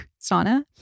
sauna